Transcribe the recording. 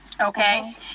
Okay